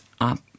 up